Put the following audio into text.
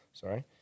sorry